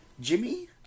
Jimmy